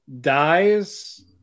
dies